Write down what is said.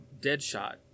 Deadshot